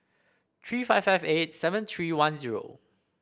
three five five eight seven three one zero